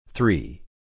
Three